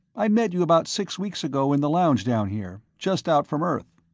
i met you about six weeks ago in the lounge down here just out from earth.